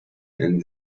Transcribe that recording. and